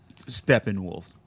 Steppenwolf